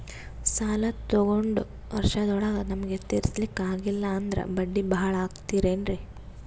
ಸಾಲ ತೊಗೊಂಡು ವರ್ಷದೋಳಗ ನಮಗೆ ತೀರಿಸ್ಲಿಕಾ ಆಗಿಲ್ಲಾ ಅಂದ್ರ ಬಡ್ಡಿ ಬಹಳಾ ಆಗತಿರೆನ್ರಿ?